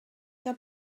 que